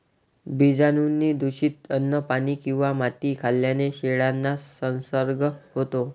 बीजाणूंनी दूषित अन्न, पाणी किंवा माती खाल्ल्याने शेळ्यांना संसर्ग होतो